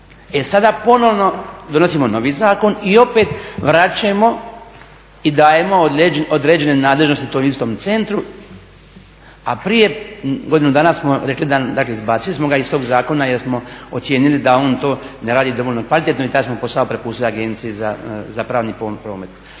E sada ponovno donosimo novi zakon i opet vraćajmo i dajemo određene nadležnosti tom istom centru, a prije godinu dana smo rekli da, dakle izbacili smo ga iz tog zakona jer smo ocijenili da on to ne radi dovoljno kvalitetno i taj smo posao prepustili Agenciji za pravni promet.